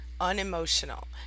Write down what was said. unemotional